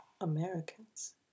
Americans